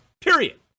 Period